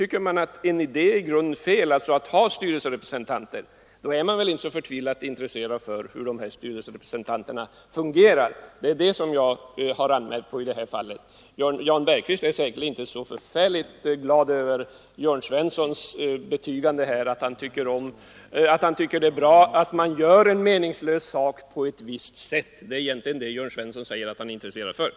Om man tycker att en idé är i grunden felaktig och att man inte skall ha några styrelserepresentanter, så är man väl inte särskilt intresserad av hur de representanterna fungerar. Det är den saken jag har anmärkt på i detta fall. Och Jan Bergqvist är säkert inte så förfärligt glad över Jörn Svenssons betygande att han tycker det är bra att man gör en meningslös sak på ett visst sätt. Det är egentligen det som Jörn Svensson säger att han är intresserad av.